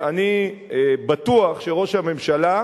אני בטוח שראש הממשלה,